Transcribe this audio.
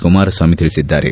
ಕುಮಾರಸ್ವಾಮಿ ತಿಳಿಸಿದ್ದಾರೆ